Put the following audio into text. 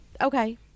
okay